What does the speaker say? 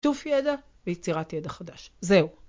שיתוף ידע ויצירת ידע חדש. זהו.